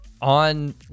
On